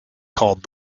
called